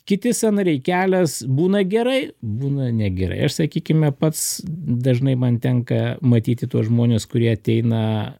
kiti sąnariai kelias būna gerai būna negerai aš sakykime pats dažnai man tenka matyti tuos žmones kurie ateina